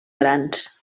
grans